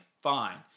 fine